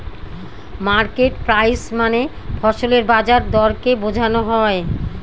market price মানে ফসলের বাজার দরকে বোঝনো হয়